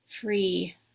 free